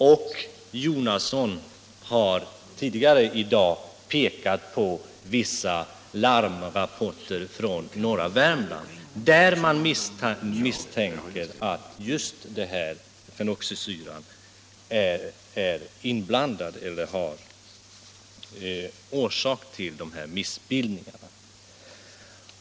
Herr Jonasson har tidigare i dag pekat på vissa larmrapporter från norra Värmland, där man misstänker att just denna fenoxisyra har förorsakat missbildningar.